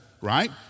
right